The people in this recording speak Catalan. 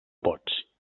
pots